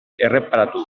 erreparatu